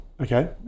Okay